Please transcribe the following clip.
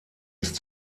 ist